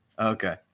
Okay